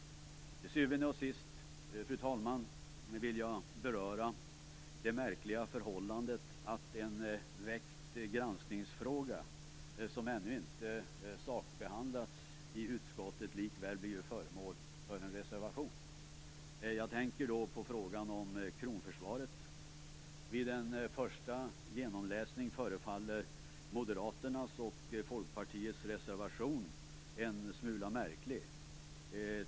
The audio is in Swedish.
Till syvende och sist, fru talman, vill jag beröra det märkliga förhållandet att en väckt granskningsfråga som ännu inte sakbehandlats i utskottet likväl blivit föremål för en reservation. Jag tänker på frågan om kronförsvaret. Vid en första genomläsning förefaller Moderaternas och Folkpartiets reservation en smula märklig.